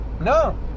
No